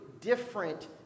different